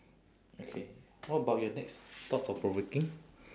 okay what about your next thought-provoking